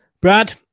Brad